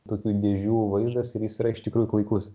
tokių dėžių vaizdas ir jis yra iš tikrųjų klaikus